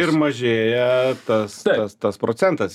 ir mažėja tas tas tas procentas